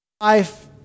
life